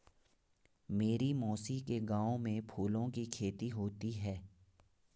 मेरी मौसी के गांव में फूलों की खेती होती है